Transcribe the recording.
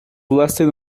lasted